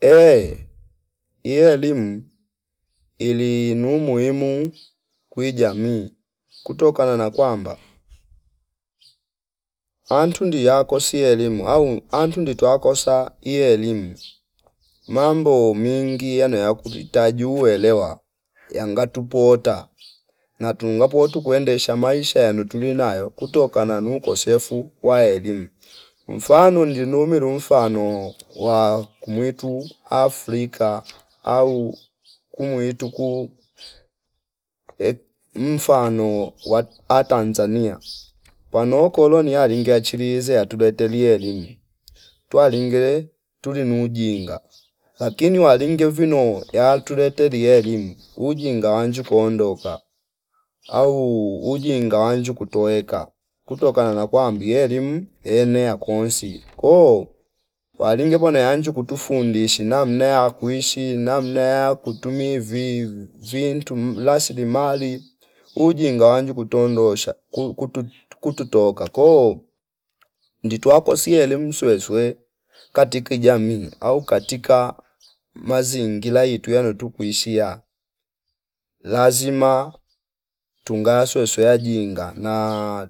Ehh ielimu ili nu umuhimi kwi jami kutokana na kwamba antu ndi yakosi elimu au antu ndio twakosa ielimu mambo mingi yano kuri tajue elewa yanga tupota na tunga poutwa kuendesha maisha yanotuli nayo kutokana nu ukosefu wa elimu mfano ndi nimu ru mfano wa kumwitu Africa au kumwitu kuu ehh mfano wa Tanzania pano okolonia linge achilizie atuletie li elimu twa lingele tuli nuu ujinga lakini walinge vino yatulete li elimu ujinga wanju kuuondoka au ujinga wanju kutoweka kutokana na kwamba mbi elimu enea kwonsi koo walinge ponea anju kutufundishi namne ya kuishi namne ya kutumivi vintu lasilimali ujinga wanji kuto ndosha kutu- kututoka ko nditwa kosie elimu sweswe katiki jamii au katika mazingila itwa iyano tu kuishi ya lazima tunga sweswe ya jinga na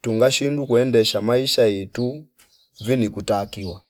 tunga shindu kuendesha maisha ietu vini kutakiwa